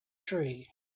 tree